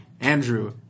Andrew